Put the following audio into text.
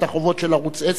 את החובות של ערוץ-10,